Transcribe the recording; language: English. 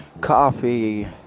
coffee